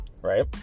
right